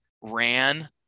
ran